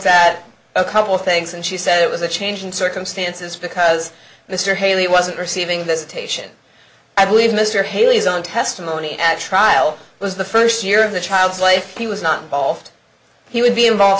at a couple things and she said it was a change in circumstances because mr haley wasn't receiving the station i believe mr haley's on testimony at trial was the first year of the child's life he was not involved he would be involved